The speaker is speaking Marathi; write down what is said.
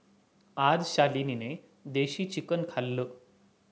आज शालिनीने देशी चिकन खाल्लं